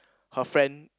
her friend